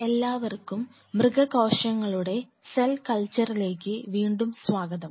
എല്ലാവർക്കും മൃഗ കോശങ്ങളുടെ സെൽ കൾച്ചറിലേക്ക് വീണ്ടും സ്വാഗതം